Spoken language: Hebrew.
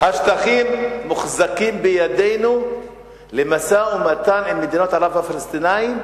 השטחים מוחזקים בידינו למשא-ומתן עם מדינות ערב והפלסטינים,